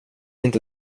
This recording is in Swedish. inte